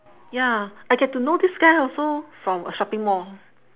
ya I get to know this guy also from a shopping mall